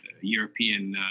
European